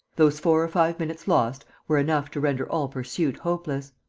those four or five minutes lost were enough to render all pursuit hopeless.